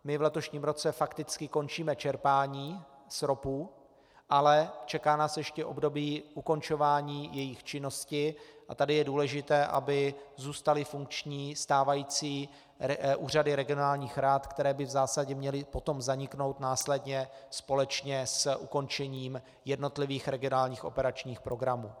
My v letošním roce fakticky končíme čerpání z ROPů, ale čeká nás ještě období ukončování jejich činnosti a tady je důležité, aby zůstaly funkční stávající úřady regionálních rad, které by v zásadě měly potom zaniknout následně společně s ukončením jednotlivých regionálních operačních programů.